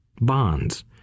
bonds